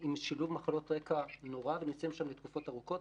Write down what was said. עם שילוב מחלות רקע נורא והם נמצאים שם לתקופות ארוכות.